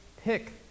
pick